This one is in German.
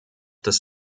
des